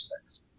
Six